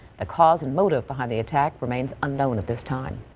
the cause and motive behind the attack remains unknown at this time.